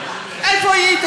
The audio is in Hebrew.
איפה היית?